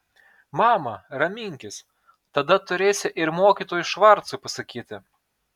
mama raminkis tada turėsi ir mokytojui švarcui pasakyti